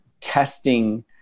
testing